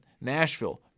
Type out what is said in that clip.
Nashville